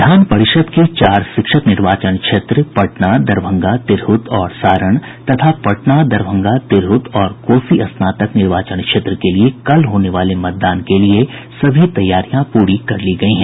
विधान परिषद के चार शिक्षक निर्वाचन क्षेत्र पटना दरभंगा तिरहत और सारण तथा पटना दरभंगा तिरहुत और कोसी स्नातक निर्वाचन क्षेत्र के लिए कल होने वाले मतदान के लिए सभी तैयारियां पूरी कर ली गयी हैं